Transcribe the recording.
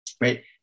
right